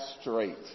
straight